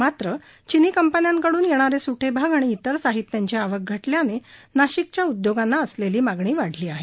मात्र चिनी कंपन्यांकडून येणारे सुटे भाग आणि इतर साहित्यांची आवक घटल्याने नाशिकच्या उद्योगांना असलेली मागणी वाढली आहे